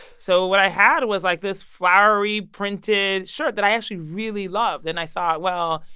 so what i had was, like, this flowery printed shirt that i actually really loved. and i thought, well,